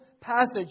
passage